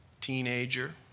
teenager